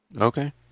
Okay